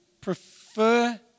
prefer